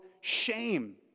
shame